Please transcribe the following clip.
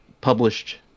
published